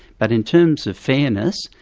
but in terms of fairness.